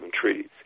treaties